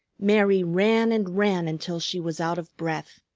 mary ran and ran until she was out of breath.